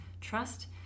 Trust